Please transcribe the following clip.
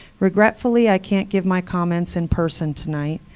regretfully, i can't give my comments in person tonight.